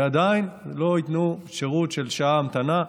ועדיין לא ייתנו שירות של שעה המתנה,